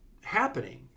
happening